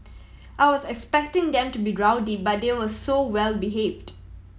I was expecting them to be rowdy but they were so well behaved